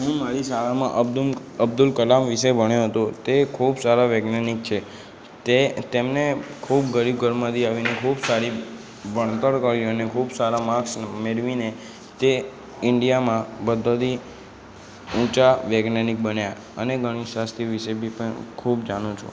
હું મારી શાળામાં અબ્દુમ અબ્દુલ કલામ વિષે ભણ્યો હતો તે ખૂબ સારા વૈજ્ઞાનિક છે તે તેમણે ખૂબ ગરીબ ઘરમાંથી આવીને ખૂબ સારી ભણતર કર્યું અને ખૂબ સારા માર્ક્સ મેળવીને તે ઇન્ડિયામાં બધાંથી ઊંચા વૈજ્ઞાનિક બન્યા અને ગણીત શાસ્ત્રી વિષે બી ખૂબ જાણું છું